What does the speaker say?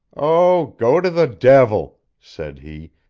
oh, go to the devil! said he,